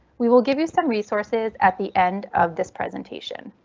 we will give you some resources at the end of this presentation.